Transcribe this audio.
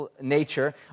nature